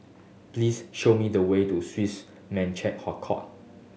please show me the way to Swiss Merchant